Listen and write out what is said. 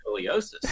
scoliosis